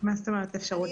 זאת אומרת אפשרות לתיקון?